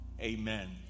Amen